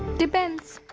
depends.